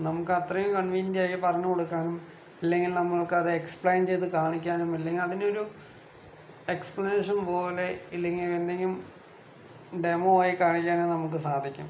നമുക്ക് അത്രക്ക് കൺവീനിയന്റ് ആയി പറഞ്ഞ് കൊടുക്കാനും അല്ലെങ്കിൽ നമ്മൾക്കത് എക്സ്പ്ലെയിൻ ചെയ്ത് കാണിക്കാനും അല്ലെങ്കിൽ അതിനൊരു എക്സ്പ്ലനേഷൻ പോലെ ഇല്ലെങ്കിൽ എന്തെങ്കിലും ഡെമോ ആയി കാണിക്കാനും നമുക്ക് സാധിക്കും